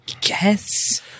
guess